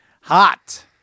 hot